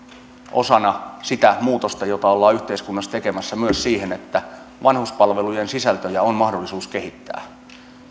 osana sitä muutosta jota ollaan yhteiskunnassa tekemässä myös siihen että vanhuspalvelujen sisältöjä on mahdollisuus kehittää